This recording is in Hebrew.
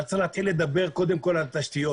אבל צריך להתחיל לדבר קודם כל על תשתיות